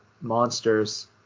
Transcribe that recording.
monsters